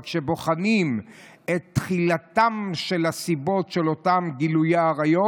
אבל כשבוחנים את תחילתם של הסיבות של אותן גילויי עריות,